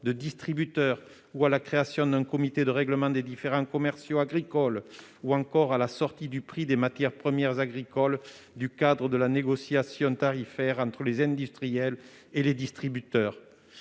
de distributeur, la création d'un comité de règlement des différends commerciaux agricoles, ou encore la sortie du prix des matières premières agricoles du cadre de la négociation tarifaire entre les industriels et les distributeurs.